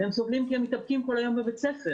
הם סובלים כי הם מתאפקים כל היום בבית הספר